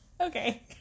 Okay